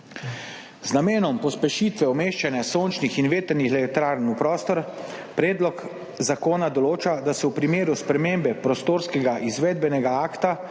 Z namenom pospešitve umeščanja sončnih in vetrnih elektrarn v prostor predlog zakona določa, da se v primeru spremembe prostorskega izvedbenega akta,